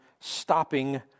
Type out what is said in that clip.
stopping